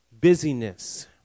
busyness